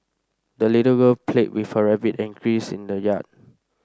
the little girl played with her rabbit and geese in the yard